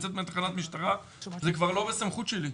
יוצאת מתחנת המשטרה - זה כבר לא בסמכות שלי.